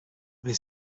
they